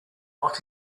lot